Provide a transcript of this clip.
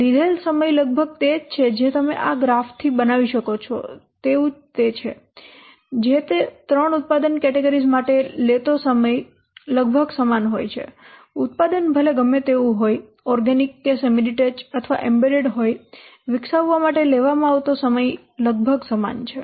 લીધેલ સમય લગભગ તે જ છે જે તમે આ ગ્રાફથી બનાવી શકો છો તેવું તે જ છે જે તે 3 ઉત્પાદન કેટેગરીઝ માટે લેતો સમય લગભગ સમાન હોય છે ઉત્પાદન ભલે ગમે તેવું હોય ઓર્ગેનિક કે સેમી ડીટેચ્ડ અથવા એમ્બેડેડ હોય વિકસાવવા માટે લેવામાં આવતો સમય લગભગ સમાન છે